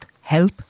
help